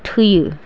थैयो